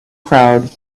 crowd